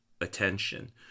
attention